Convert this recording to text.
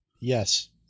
Yes